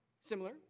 Similar